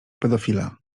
mahometa